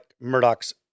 Murdoch's